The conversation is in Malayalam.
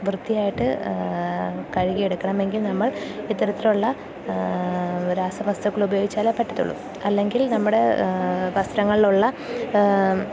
വൃത്തിയായിട്ട് കഴുകിയെടുക്കണമെങ്കിൽ നമ്മൾ ഇത്തരത്തിലുള്ള രാസ വസ്തുക്കൾ ഉപയോഗിച്ചാലേ പറ്റത്തുള്ളൂ അല്ലെങ്കിൽ നമ്മുടെ വസ്ത്രങ്ങളിലുള്ള